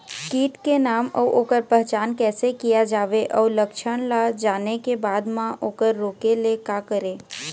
कीट के नाम अउ ओकर पहचान कैसे किया जावे अउ लक्षण ला जाने के बाद मा ओकर रोके ले का करें?